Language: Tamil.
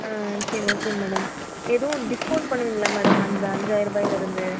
சரி ஓகே மேடம் எதுவும் டிஸ்கௌண்ட் பண்ணுவிங்களா மேடம் அந்த அஞ்சாயரருபாய்ல இருந்து